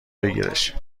بگیرش